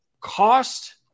cost